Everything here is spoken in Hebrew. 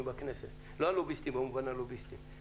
בכנסת לא הלוביסטים במובן הלוביסטי;